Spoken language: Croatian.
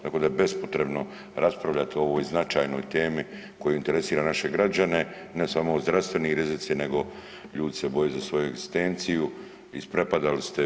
Tako da je bespotrebno raspravljati o ovoj značajnoj temi koja interesira naše građane ne samo zdravstveni radnici nego ljudi se boje za svoju egzistenciju, isprepadali ste.